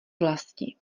vlasti